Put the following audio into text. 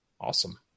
Awesome